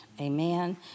Amen